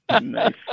Nice